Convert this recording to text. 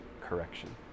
correction